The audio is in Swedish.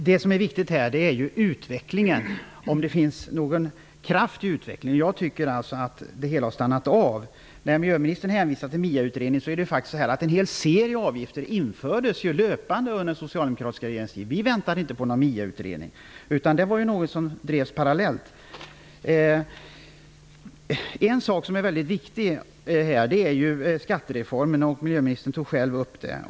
Fru talman! Det som här är viktigt är om det finns någon kraft i utvecklingen. Jag tycker att det hela har stannat av. Miljöministern hänvisar till MIA-utredningen, men det är faktiskt så att det under den socialdemokratiska regeringstiden löpande infördes en hel serie avgifter. Vi väntade inte på någon MIA-utredning, utan verksamheterna drevs parallellt. En mycket viktig fråga i detta sammanhang är skattereformen, som miljöministern själv tog upp.